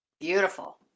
Beautiful